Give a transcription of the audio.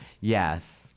Yes